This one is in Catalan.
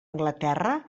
anglaterra